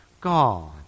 God